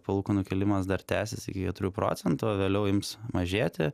palūkanų kėlimas dar tęsis iki keturių procentų o vėliau ims mažėti